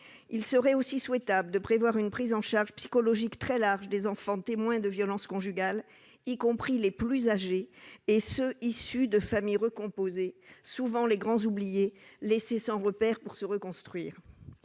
Il serait également souhaitable de prévoir une prise en charge psychologique très large des enfants témoins de violences conjugales, y compris les plus âgés et ceux qui sont issus de familles recomposées. Ils sont souvent les grands oubliés, laissés sans repères pour se reconstruire.